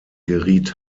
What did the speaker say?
geriet